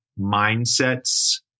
mindsets